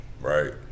right